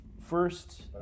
first